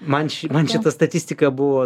man ši man šita statistika buvo